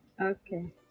Okay